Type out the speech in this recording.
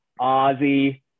Ozzy